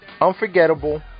Unforgettable